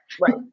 Right